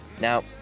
Now